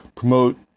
Promote